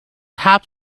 app